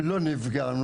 לא נפגעו,